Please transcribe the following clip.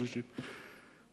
שלישית,